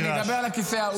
אז אני אדבר לכיסא ההוא.